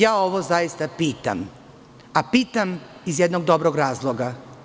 Ja ovo zaista pitam, a pitam iz jednog dobrog razloga.